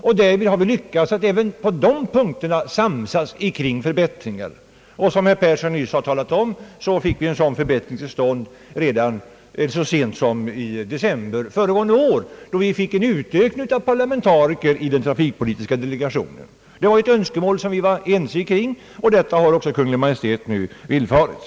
Vi har även på de punkterna lyckats ena oss kring förbättringar. Som herr Persson nyss har talat om fick vi en sådan förbättring till stånd så sent som i december föregående år, då vi fick en utökning av antalet parlamentariker i den trafikpolitiska delegationen. Det var ju ett önskemål som vi var ense om, och det har Kungl. Maj:t nu villfarit.